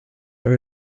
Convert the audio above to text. are